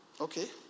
okay